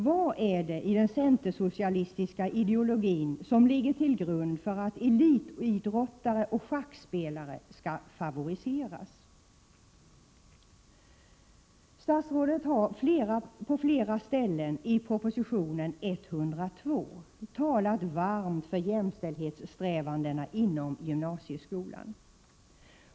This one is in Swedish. Vad är det i den centersocialistiska ideologin som ligger till grund för tanken att elitidrottare och schackspelare skall favoriseras? Statsrådet har på flera ställen i proposition 102 talat varmt för jämställdhetssträvandena inom gymnasieskolan.